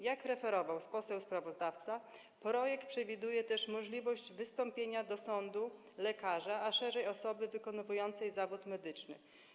Jak referował poseł sprawozdawca, w projekcie przewiduje się też możliwość wystąpienia do sądu lekarza, a szerzej: osoby wykonującej zawód medyczny.